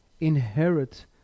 inherit